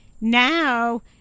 Now